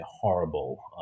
horrible